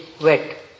wet